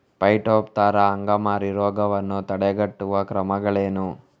Phytophthora ಅಂಗಮಾರಿ ರೋಗವನ್ನು ತಡೆಗಟ್ಟುವ ಕ್ರಮಗಳೇನು?